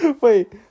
Wait